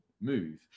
move